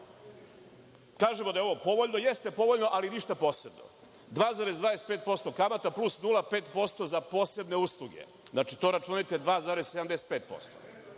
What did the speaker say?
novac. Kažemo da je ovo povoljno, jeste povoljno ali ništa posebno, 2,25% kamate plus 0,5% za posebne usluge. To računajte 2,75%.